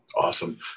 Awesome